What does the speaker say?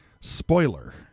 Spoiler